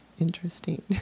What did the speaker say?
interesting